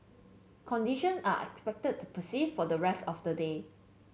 conditions are expected to persist for the rest of the day